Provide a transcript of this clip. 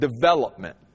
development